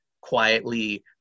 quietly